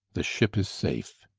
the ship is safe.